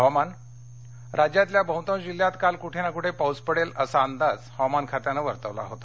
हुवामान राज्यातल्या बहुतांश जिल्ह्यात काल कुठे ना कुठे पाऊस पडेल असा अंदाज हवामान खात्यानं वर्तवला होता